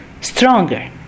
stronger